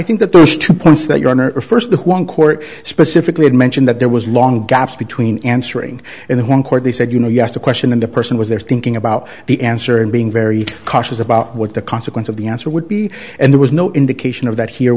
think that there's two points that your honor the first one court specifically had mentioned that there was long gaps between answering in the one court they said you know you asked a question and a person was there thinking about the answer and being very cautious about what the consequence of the answer would be and there was no indication of that here